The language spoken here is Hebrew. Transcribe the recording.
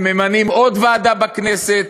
וממנים עוד ועדה בכנסת.